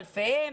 אלפיהם,